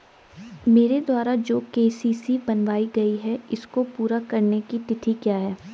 मेरे द्वारा जो के.सी.सी बनवायी गयी है इसको पूरी करने की तिथि क्या है?